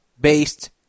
based